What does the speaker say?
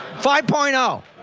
five point um